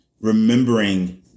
remembering